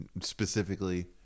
Specifically